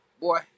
boy